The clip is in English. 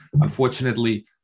Unfortunately